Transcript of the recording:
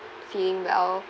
feeling well